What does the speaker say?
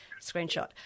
screenshot